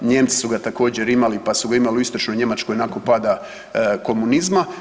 Nijemci su ga također imali, pa su ga imali u istočnoj Njemačkoj nakon pada komunizma.